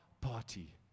party